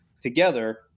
Together